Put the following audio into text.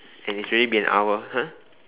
and it's already been an hour !huh!